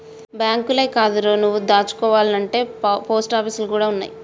బాంకులే కాదురో, నువ్వు దాసుకోవాల్నంటే పోస్టాపీసులు గూడ ఉన్నయ్